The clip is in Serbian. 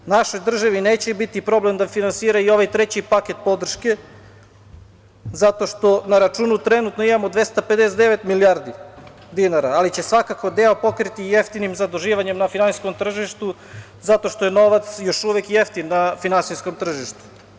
Našoj državi neće biti problem da finansira i ovaj treći paket podrške zato što na računu trenutno imamo 259 milijardi dinara, ali će svakako deo pokriti jeftinim zaduživanjem na finansijskom tržištu zato što je novac još uvek jeftin na finansijskom tržištu.